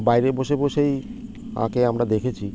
বাইরে বসে বসেই আঁকে আমরা দেখেছি